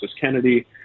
Kennedy